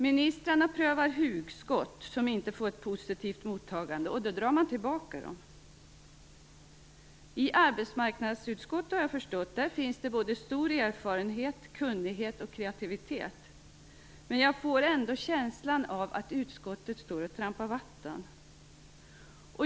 Ministrarna prövar hugskott, och när de inte får ett positivt mottagande drar man tillbaka dem. I arbetsmarknadsutskottet har jag förstått att det finns stor erfarenhet, kunnighet och kreativitet, men jag får ändå en känsla av att utskottet står och trampar vatten.